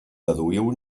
deduïu